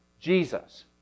Jesus